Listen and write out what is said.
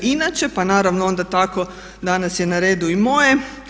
Inače pa naravno onda tako danas je na redu i moje.